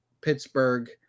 Pittsburgh